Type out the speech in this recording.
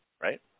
right